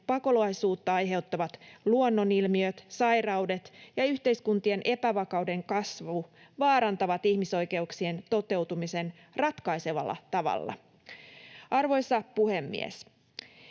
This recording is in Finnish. pakolaisuutta aiheuttavat luonnonilmiöt, sairaudet ja yhteiskuntien epävakauden kasvu vaarantavat ihmisoikeuksien toteutumisen ratkaisevalla tavalla. Arvoisa puhemies!